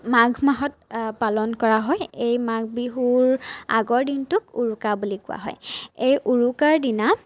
মাঘ মাহত পালন কৰা হয় এই মাঘ বিহুৰ আগৰ দিনটোক উৰুকা বুলি কোৱা হয় এই উৰুকাৰ দিনা